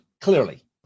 clearly